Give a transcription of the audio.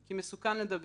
כי מסוכן לדבר.